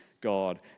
God